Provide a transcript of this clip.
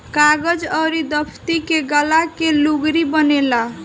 कागज अउर दफ़्ती के गाला के लुगरी बनेला